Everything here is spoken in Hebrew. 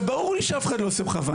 ברור לי שאף אחד לא עושה בכוונה.